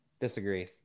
Disagree